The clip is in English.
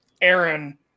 Aaron